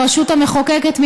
הרשות המחוקקת,